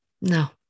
No